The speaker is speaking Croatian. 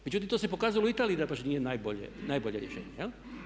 Međutim, to se pokazalo i u Italiji da baš nije najbolje rješenje jel'